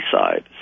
side